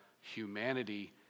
humanity